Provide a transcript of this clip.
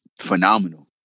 phenomenal